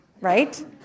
right